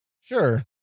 Sure